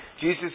Jesus